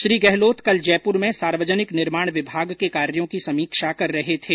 श्री गहलोत ं कल जयपुर में सार्वजनिक निर्माण विभाग के कार्यों की समीक्षा कर रहे थे